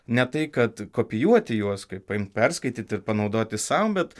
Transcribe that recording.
ne tai kad kopijuoti juos kaip paimti perskaityti ir panaudoti sau bet